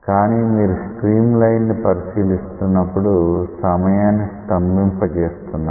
కానీ మీరు స్ట్రీమ్లైన్ను పరిశీలిస్తున్నప్పుడు సమయాన్ని స్తంభింపజేస్తున్నారు